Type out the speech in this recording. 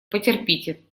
потерпите